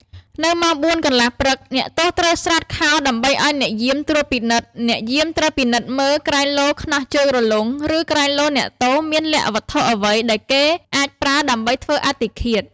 នៅម៉ោងបួនកន្លះព្រឹក អ្នកទោសត្រូវស្រាតខោដើម្បីឱ្យអ្នកយាមត្រួតពិនិត្យ អ្នកយាមត្រូវពិនិត្យមើលក្រែង លោខ្នោះជើងរលុង ឬក្រែងលោអ្នកទោសមានលាក់វត្ថុអ្វីដែលគេអាចប្រើដើម្បីធ្វើអត្តឃាត ។